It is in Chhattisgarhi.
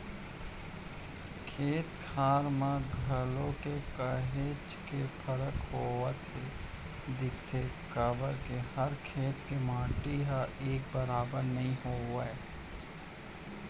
खेत खार म घलोक काहेच के फरक होवत दिखथे काबर के सब खेत के माटी ह एक बरोबर नइ होवय